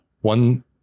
one